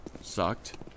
Sucked